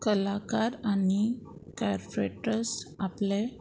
कलाकार आनी कॅरफरेटर्स आपले